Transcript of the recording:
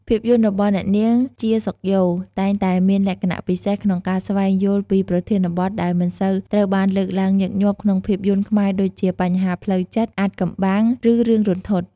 ភាពយន្តរបស់អ្នកនាង ជា សុខយ៉ូ តែងតែមានលក្ខណៈពិសេសក្នុងការស្វែងយល់ពីប្រធានបទដែលមិនសូវត្រូវបានលើកឡើងញឹកញាប់ក្នុងភាពយន្តខ្មែរដូចជា បញ្ហាផ្លូវចិត្ត អាថ៌កំបាំង ឬរឿងរន្ធត់។